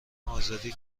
آزادی